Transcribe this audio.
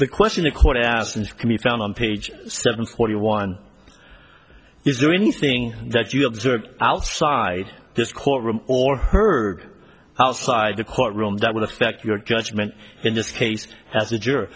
the question the court asked and it can be found on page seven forty one is there anything that you observed outside this court room or heard outside the court room that would affect your judgment in this case as a juror